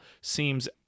seems